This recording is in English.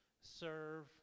serve